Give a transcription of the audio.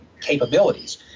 capabilities